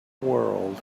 world